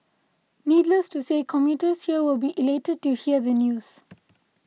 needless to say commuters here will be elated to hear the news